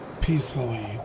peacefully